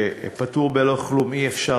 ופטור בלא כלום אי-אפשר,